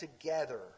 together